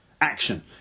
action